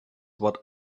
what